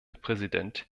präsident